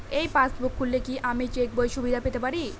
এই পাসবুক খুললে কি আমি চেকবইয়ের সুবিধা পেতে পারি?